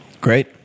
Great